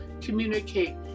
communicate